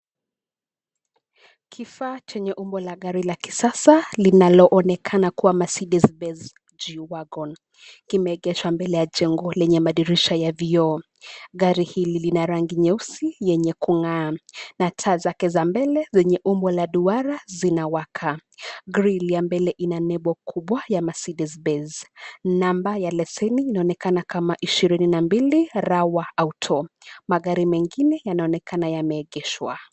Kifaa chenye umbo la gari la kisasa linaloonekana kuwa Mercedes Benz G-Wagon kimeegeshwa mbele ya jengo lenye madirisha ya vioo. Gari hili lina rangi nyeusi yenye kung'aa na taa zake za mbele zenye umbo la duara zinawaka. Grill ya mbele ina nembo kubwa ya Mercedes Benz . Namba ya leseni inaonekana kama 22 Rawa Auto . Magari mengine yanaonekana yameegeshwa.